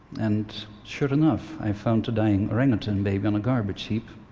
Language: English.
and sure enough i found a dying orangutan baby on a garbage heap.